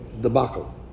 debacle